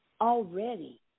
already